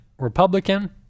Republican